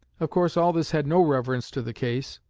of course all this had no reference to the case,